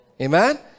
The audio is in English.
amen